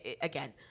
again